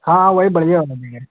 हाँ हाँ वही बढ़िया वाला देंगे